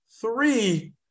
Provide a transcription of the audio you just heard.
Three